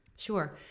Sure